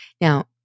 Now